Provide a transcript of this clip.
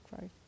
right